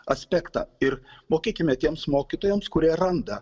aspektą ir mokėkime tiems mokytojams kurie randa